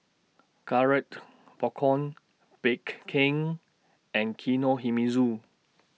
Garrett Popcorn Bake King and Kinohimitsu